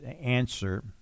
answer